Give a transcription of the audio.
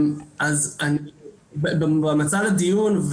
בהמלצה לדיון,